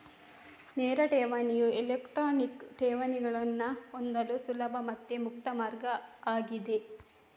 ನೇರ ಠೇವಣಿಯು ಎಲೆಕ್ಟ್ರಾನಿಕ್ ಠೇವಣಿಗಳನ್ನ ಹೊಂದಲು ಸುಲಭ ಮತ್ತೆ ಮುಕ್ತ ಮಾರ್ಗ ಆಗಿದೆ